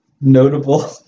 notable